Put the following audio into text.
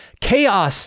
Chaos